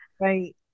Right